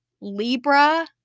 Libra